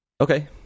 Okay